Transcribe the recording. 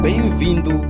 Bem-vindo